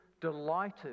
delighted